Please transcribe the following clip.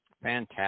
Fantastic